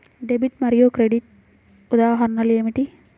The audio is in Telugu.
డెబిట్ మరియు క్రెడిట్ ఉదాహరణలు ఏమిటీ?